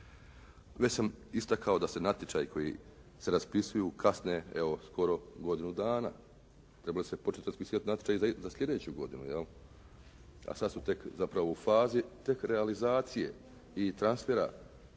Već sam istakao da se natječaji koji se raspisuju kasne, evo skoro godinu dana. Trebali bi se početi raspisivati natječaji i za sljedeću godinu, a sad su tek zapravo u fazi tek realizacije i transfera